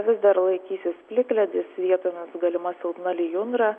vis dar laikysis plikledis vietomis galima silpna lijundra